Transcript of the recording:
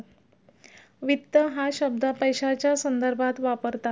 वित्त हा शब्द पैशाच्या संदर्भात वापरतात